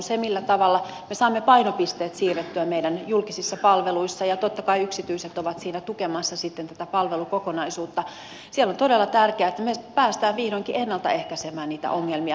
siinä millä tavalla me saamme painopisteet siirrettyä meidän julkisissa palveluissa ja totta kai yksityiset ovat siinä tukemassa sitten tätä palvelukokonaisuutta on todella tärkeää että päästään vihdoinkin ennalta ehkäisemään niitä ongelmia